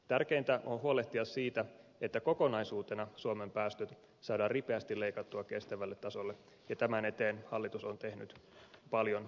tärkeintä on huolehtia siitä että kokonaisuutena suomen päästöt saadaan ripeästi leikattua kestävälle tasolle ja tämän eteen hallitus on tehnyt paljon töitä